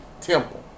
temple